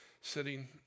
sitting